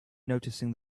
noticing